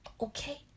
Okay